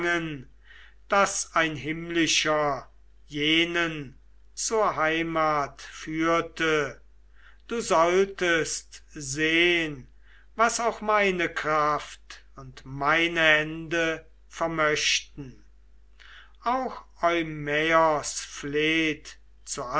daß ein himmlischer jenen zur heimat führte du solltest sehn was auch meine kraft und meine hände vermöchten auch eumaios flehte zu